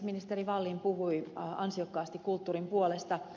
ministeri wallin puhui ansiokkaasti kulttuurin puolesta